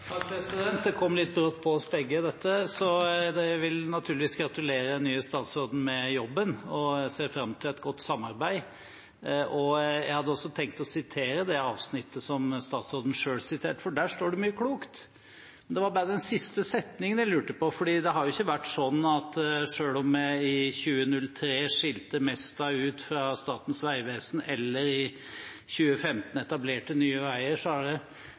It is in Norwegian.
Det kom litt brått på oss begge, dette. Jeg vil naturligvis gratulere den nye statsråden med jobben, og jeg ser fram til et godt samarbeid. Jeg hadde også tenkt å sitere det avsnittet som statsråden selv siterte, for der står det mye klokt. Det var bare den siste setningen jeg lurte på, for selv om vi i 2003 skilte Mesta ut fra Statens vegvesen og i 2015 etablerte Nye Veier,